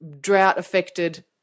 drought-affected